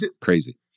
crazy